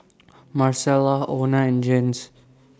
Marcella Ona and Jens